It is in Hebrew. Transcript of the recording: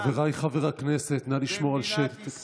חבריי חברי הכנסת, נא לשמור על שקט.